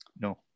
No